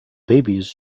babies